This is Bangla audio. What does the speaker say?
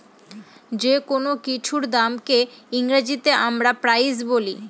যেকোনো কিছুর দামকে ইংরেজিতে আমরা প্রাইস বলি